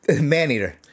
Maneater